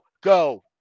go